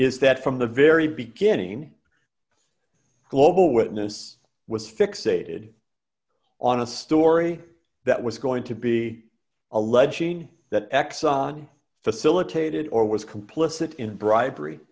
is that from the very beginning global witness was fixated on a story that was going to be alleging that exxon facilitated or was complicit in bribery